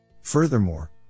Furthermore